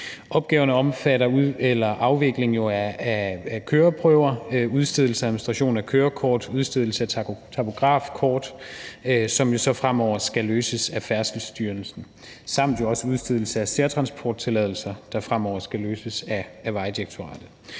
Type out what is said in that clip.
Opgaverne omfatter afvikling af køreprøver, udstedelse og administration af kørekort og udstedelse af takografkort, der fremover skal løses af Færdselsstyrelsen, samt udstedelse af særtransporttilladelser, der fremover skal løses af Vejdirektoratet.